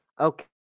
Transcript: Okay